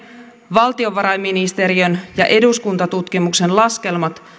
valtiovarainministeriön ja eduskuntatutkimuksen laskelmat